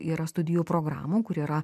yra studijų programų kur yra